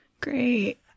Great